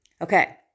Okay